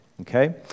okay